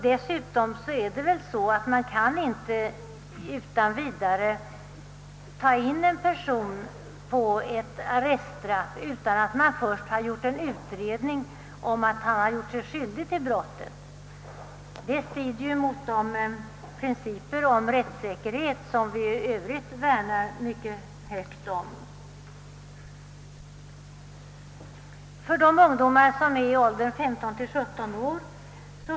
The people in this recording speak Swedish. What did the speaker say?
Dessutom kan man inte ta in en person för arreststraff utan att först ha gjort en utredning om att han gjort sig skyldig till brottet. Det skulle strida mot de principer om rättssäkerhet som vi i övrigt värnar så mycket om.